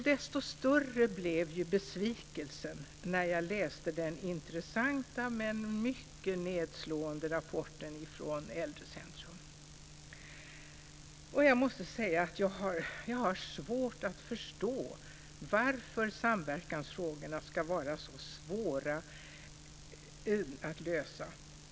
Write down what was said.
Desto större blev besvikelsen när jag läste den intressanta men mycket nedslående rapporten från Äldrecentrum. Jag måste säga att jag har svårt att förstå varför samverkansfrågorna ska vara så svåra att lösa.